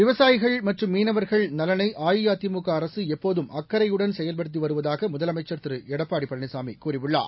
விவசாயிகள் மற்றும் மீனவர்கள் நலனை அஇஅதிமுக அரசு எப்போதும் அத்கறையுடன் செயல்பட்டு வருவதாக முதலமைச்சள் திரு எடப்பாடி பழனிசாமி கூறியுள்ளார்